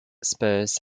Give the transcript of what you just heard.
spurs